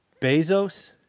Bezos